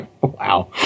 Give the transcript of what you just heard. Wow